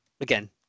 again